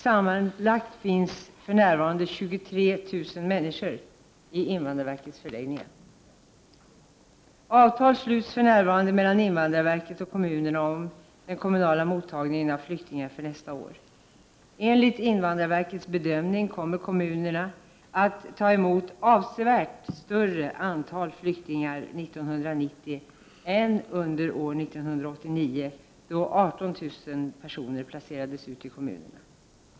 Sammanlagt finns för närvarande 23 000 människor på invandrarverkets förläggningar. Avtal sluts för närvarande mellan invandrarverket och kommunerna om den kommunala mottagningen av flyktingar nästa år. Enligt invandrarverkets bedömning kommer kommunerna att ta emot ett avsevärt större antal flyktingar 1990 än under 1989, då 18000 personer placerades ut i kommunerna.